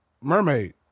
Mermaid